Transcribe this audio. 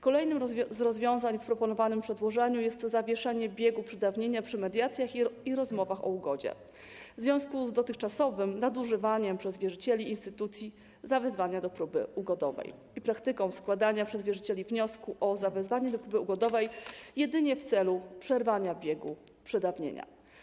Kolejnym z rozwiązań w proponowanym przedłożeniu jest zawieszenie biegu przedawnienia przy mediacjach i rozmowach o ugodzie w związku z dotychczasowym nadużywaniem przez wierzycieli instytucji zawezwania do próby ugodowej i praktyką składania przez wierzycieli wniosku o zawezwaniu do próby ugodowej jedynie w celu przerwania biegu przedawnienia.